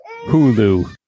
Hulu